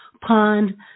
pond